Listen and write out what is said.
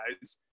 guys